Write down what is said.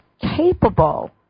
capable